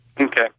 Okay